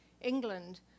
England